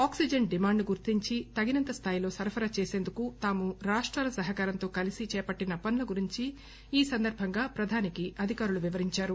oxygen demand ను గుర్తించి తగినంత స్థాయిలో సరఫరా చేసేందుకు తాము రాష్టాల సహకారంతో కలిసి చేపట్టిన పనుల గురించి ఈ సందర్బంగా ప్రధానికి అధికారులు వివరించారు